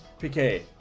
PK